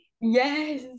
Yes